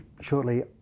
shortly